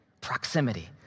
Proximity